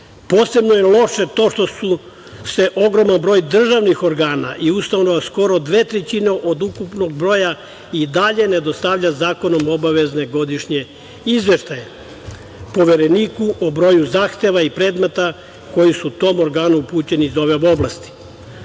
je loše to što ogroman broj državnih organa i ustanova, skoro dve trećine od ukupnog broja, i dalje ne dostavlja zakonom obavezne godišnje izveštaje Povereniku o broju zahteva i predmeta koji su tom organu upućeni iz ove oblasti,